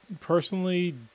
personally